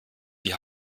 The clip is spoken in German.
die